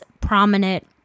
prominent